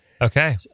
Okay